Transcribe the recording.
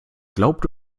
glaubt